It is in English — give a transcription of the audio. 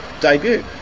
debut